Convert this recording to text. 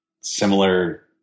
similar